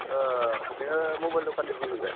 नोङो मबाइल दखानि बुंदों दा